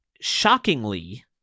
shockingly